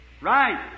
Right